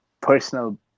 personal